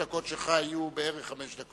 אתה תסלח לי אם חמש הדקות שלך יהיו בערך חמש דקות.